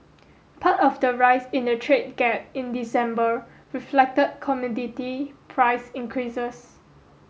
part of the rise in the trade gap in December reflected commodity price increases